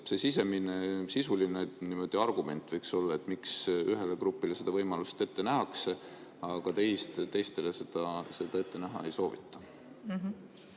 jne. Mis see sisuline argument võiks olla, miks ühele grupile see võimalus ette nähakse, aga teistele seda ette näha ei soovita?